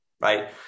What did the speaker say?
right